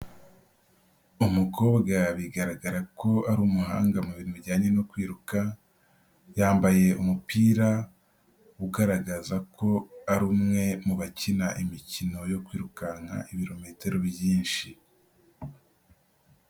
Umukobwa bigaragara ko ari umuhanga mu bintu bijyanye no kwiruka yambaye umupira ugaragaza ko ari umwe mu bakina imikino yo kwirukanka ibirometero byinshi.